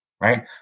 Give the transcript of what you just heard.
right